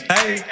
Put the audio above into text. Hey